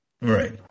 Right